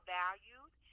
valued